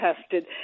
tested